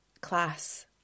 class